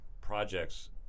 projects